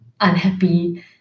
unhappy